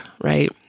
right